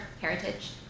heritage